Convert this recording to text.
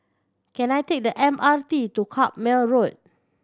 can I take the M R T to Carpmael Road